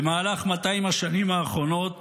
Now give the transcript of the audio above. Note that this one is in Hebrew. במהלך 200 השנים האחרונות